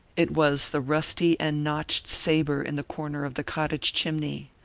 it was the rusty and notched saber in the corner of the cottage chimney.